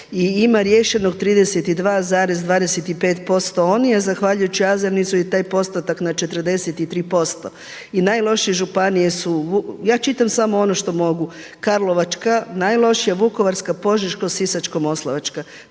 ima riješeno 32,25% oni, a zahvaljujući AZONIZ-u je taj postotak na 43%. I najlošije županije su, ja čitam samo ono što mogu Karlovačka najlošija, Vukovarska, Požeška, Sisačko-moslavačka.